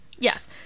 Yes